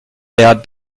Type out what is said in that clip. der